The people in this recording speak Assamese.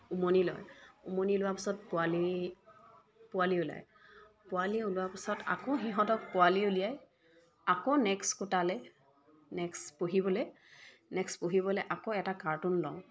উমনি লয় উমনি লোৱাৰ পিছত পোৱালি পোৱালি ওলায় পোৱালি ওলোৱাৰ পিছত আকৌ সিহঁতক পোৱালি উলিয়াই আকৌ নেক্সট কোটালৈ নেক্সট পোহিবলৈ নেক্সট পোহিবলৈ আকৌ এটা কাৰ্টুন লওঁ